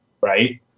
right